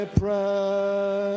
prayer